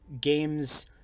games